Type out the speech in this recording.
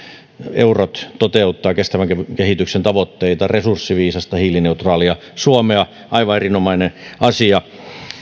eurot toteuttavat kestävän kehityksen tavoitteita resurssiviisasta hiilineutraalia suomea aivan erinomainen asia